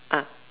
ah